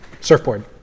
surfboard